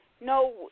No